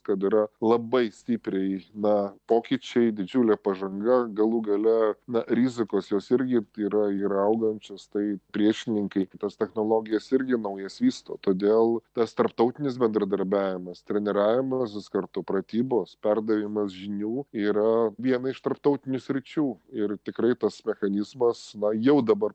kad yra labai stipriai na pokyčiai didžiulė pažanga galų gale na rizikos jos irgi yra yra augančios tai priešininkai kitos technologijas irgi naujas vysto todėl tas tarptautinis bendradarbiavimas treniravimasis kartu pratybos perdavimas žinių yra viena iš tarptautinių sričių ir tikrai tas mechanizmas va jau dabar